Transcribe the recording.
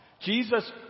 Jesus